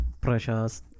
Precious